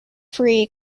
free